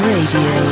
Radio